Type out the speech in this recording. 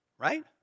right